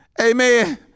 Amen